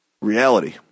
reality